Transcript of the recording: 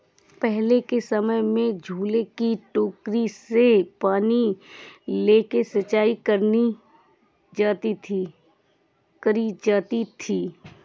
पहले के समय में झूले की टोकरी से पानी लेके सिंचाई करी जाती थी